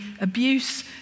abuse